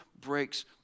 breaks